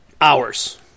hours